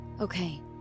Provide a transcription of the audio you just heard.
Okay